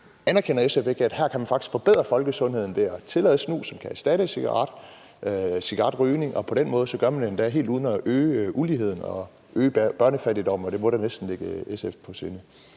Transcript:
her kan forbedre folkesundheden ved at tillade snus, som kan erstatte cigaretrygning, og at man på den måde gør det helt uden at øge uligheden og øge børnefattigdommen? Det må da næsten ligge SF på sinde.